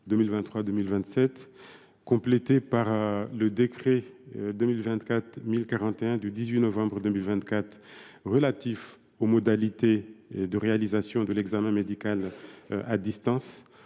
et par le décret n° 2024 1041 du 18 novembre 2024 relatif aux modalités de réalisation de l’examen médical à distance